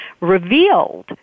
revealed